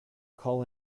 call